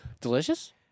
Delicious